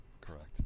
correct